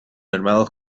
armados